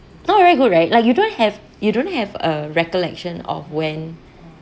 not very good right like you don't have you don't have uh recollection of when